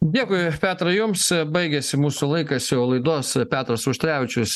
dėkui petrai jums baigėsi mūsų laikas jau laidos petras auštrevičius